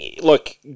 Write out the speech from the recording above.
look